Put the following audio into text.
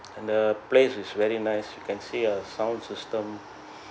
and the place is very nice you can see a sound system